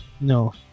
No